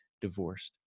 divorced